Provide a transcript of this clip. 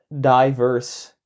diverse